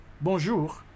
Bonjour